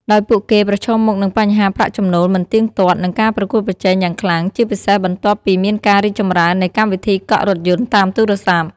ដោយពួកគេប្រឈមមុខនឹងបញ្ហាប្រាក់ចំណូលមិនទៀងទាត់ និងការប្រកួតប្រជែងយ៉ាងខ្លាំង ជាពិសេសបន្ទាប់ពីមានការរីកចម្រើននៃកម្មវិធីកក់រថយន្តតាមទូរស័ព្ទ។